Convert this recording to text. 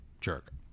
jerk